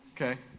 Okay